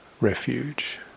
refuge